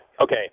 Okay